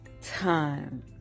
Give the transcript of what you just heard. Time